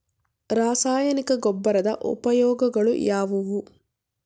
ರಾಸಾಯನಿಕ ಗೊಬ್ಬರದ ಉಪಯೋಗಗಳು ಯಾವುವು?